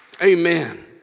Amen